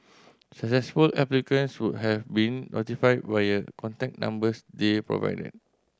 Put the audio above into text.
successful applicants would have been notified via contact numbers they provided